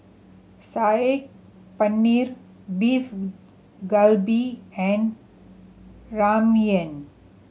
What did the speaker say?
Saag Paneer Beef Galbi and Ramyeon